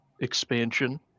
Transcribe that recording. expansion